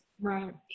Right